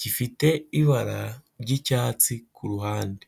gifite ibara ry'icyatsi ku ruhande.